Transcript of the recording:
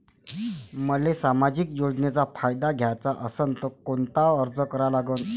मले सामाजिक योजनेचा फायदा घ्याचा असन त कोनता अर्ज करा लागन?